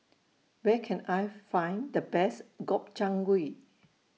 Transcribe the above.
Where Can I Find The Best Gobchang Gui